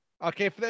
Okay